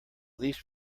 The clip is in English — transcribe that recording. least